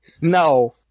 No